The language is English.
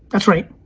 that's right,